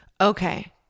okay